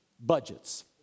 budgets